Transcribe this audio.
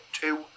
two